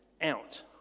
out